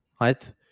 right